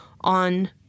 on